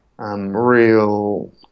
Real